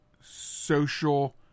social